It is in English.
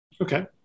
Okay